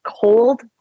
cold